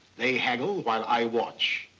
they haggled while i watch,